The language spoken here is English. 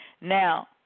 now